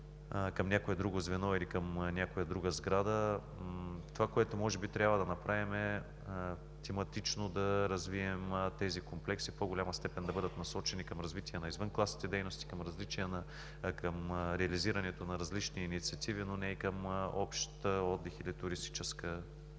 към някое друго звено или към някоя друга сграда. Това, което може би трябва да направим, е да развием тематично тези комплекси и в по-голяма степен да бъдат насочени към развитие на извънкласните дейности, към реализирането на различни инициативи, но не и към отдих на учениците или туристическа